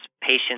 patients